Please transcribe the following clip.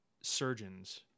surgeons